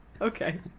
Okay